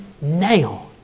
now